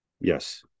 yes